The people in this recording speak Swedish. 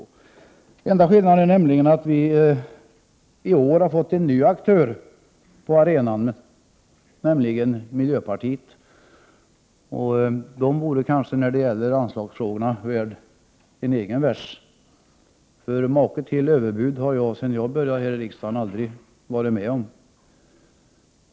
Den enda skillnaden är att vi i år har fått en ny aktör på arenan, nämligen miljöpartiet. När det gäller anslagsfrågorna är miljöpartiet kanske värt en egen vers. Maken till överbud har jag aldrig varit med om sedan jag började i riksdagen.